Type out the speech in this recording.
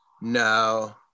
No